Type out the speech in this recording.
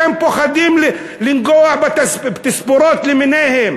למה אתם פוחדים לנגוע בתספורות למיניהם?